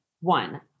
one